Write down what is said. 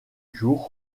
jour